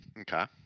okay